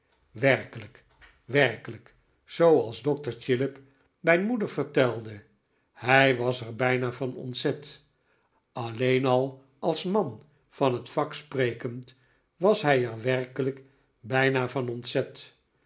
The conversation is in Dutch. werkelijk werkelijk zooals dokter chillip mijn moeder vertelde hij was er bij na van ontzet alleen al als man van het vak sprekend was hij er werkelijk bijna van ontzet